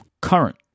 current